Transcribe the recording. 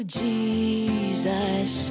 jesus